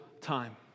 time